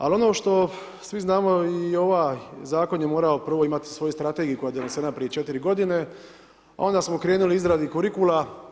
Ali ono što svi znamo i ovaj Zakon je morao prvo imati svoju strategiju koja je donesena prije 4 godine, a onda smo krenuli izradi kurikula.